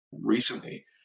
recently